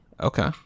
Okay